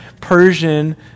Persian